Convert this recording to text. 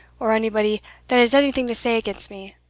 or anybody that has anything to say against me,